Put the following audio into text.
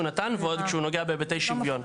נתן ועוד כשהוא נוגע בהיבטי שוויון.